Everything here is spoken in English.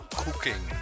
cooking